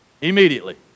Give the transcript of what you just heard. Immediately